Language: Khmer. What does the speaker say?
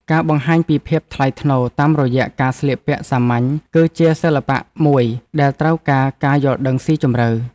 ការបង្ហាញពីភាពថ្លៃថ្នូរតាមរយៈការស្លៀកពាក់សាមញ្ញ គឺជាសិល្បៈមួយដែលត្រូវការការយល់ដឹងស៊ីជម្រៅ។